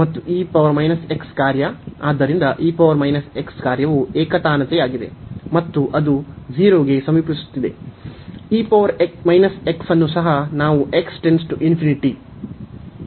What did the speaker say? ಮತ್ತು ಈ ಕಾರ್ಯ ಆದ್ದರಿಂದ ಕಾರ್ಯವು ಏಕತಾನತೆಯಾಗಿದೆ ಮತ್ತು ಅದು 0 ಗೆ ಸಮೀಪಿಸುವ ಈ ಅನ್ನು ನಾವು x →∞ ತೆಗೆದುಕೊಂಡರೆ 0 ಗೆ